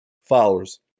followers